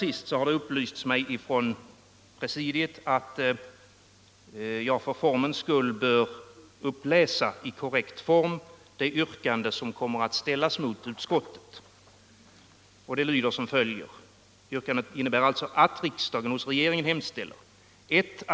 Det har upplysts mig från presidiet att jag för formens skull bör uppläsa i korrekt form det yrkande som kommer att ställas mot utskottets hemställan.